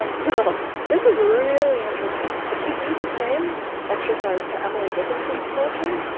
um so this is really interesting. if you do the same exercise to emily dickinson's poetry,